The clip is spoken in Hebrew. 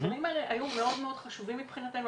הדברים האלה היו מאוד חשובים מבחינתנו,